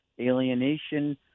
alienation